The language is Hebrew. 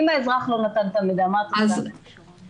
אם האזרח לא נתן את המידע, מה תעשי לו?